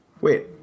wait